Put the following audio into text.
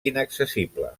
inaccessible